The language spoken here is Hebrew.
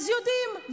אז יודעים,